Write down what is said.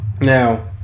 Now